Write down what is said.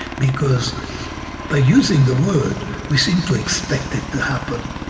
because by using the word, we seem to expect it to happen.